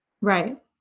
Right